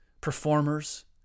performers